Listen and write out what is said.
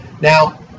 Now